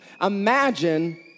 Imagine